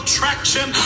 traction